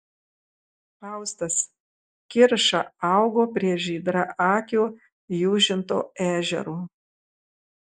faustas kirša augo prie žydraakio jūžinto ežero